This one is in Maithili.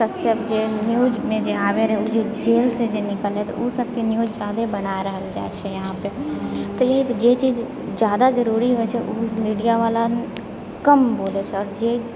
कश्यप जे न्यूजमे जे आबै रहै ओ जेलसँ जे निकलले तऽ ओ सभके न्यूज जादे बना रहल जाइ छै यहाँपे तऽ एक जे चीज जादा जरूरी होइ छै ओ मीडिया बला कम बोलै छै आओर जे चीज